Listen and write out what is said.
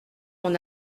mon